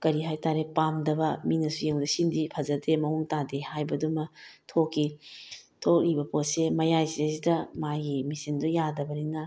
ꯀꯔꯤ ꯍꯥꯏꯇꯥꯔꯦ ꯄꯥꯝꯗꯕ ꯃꯤꯅꯁꯨ ꯌꯦꯡꯕꯗ ꯁꯤꯝꯗꯤ ꯐꯖꯗꯦ ꯃꯑꯣꯡ ꯇꯥꯗꯦ ꯍꯥꯏꯕꯗꯨꯃ ꯊꯣꯛꯈꯤ ꯊꯣꯛꯂꯤꯕ ꯄꯣꯠꯁꯦ ꯃꯌꯥꯏꯁꯤꯗꯩꯁꯤꯗ ꯃꯥꯒꯤ ꯃꯦꯆꯤꯟꯗꯣ ꯌꯥꯗꯕꯅꯤꯅ